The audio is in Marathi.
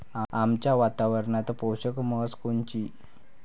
आमच्या वातावरनात पोषक म्हस कोनची?